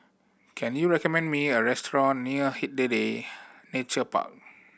can you recommend me a restaurant near Hindhede Nature Park